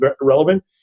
relevant